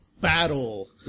battle